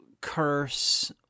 Curse